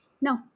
no